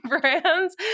brands